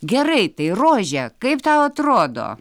gerai tai rože kaip tau atrodo